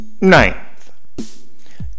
Ninth